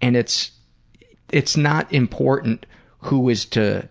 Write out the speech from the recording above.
and it's it's not important who is to